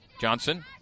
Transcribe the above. Johnson